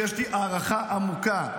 ויש לי הערכה עמוקה,